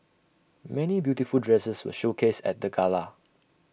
many beautiful dresses were showcased at the gala